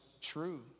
true